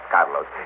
Carlos